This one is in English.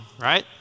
right